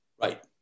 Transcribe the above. right